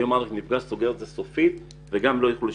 היום אריק נפגש איתו וסוגר את זה סופית וגם הם לא יוכלו להשתתף.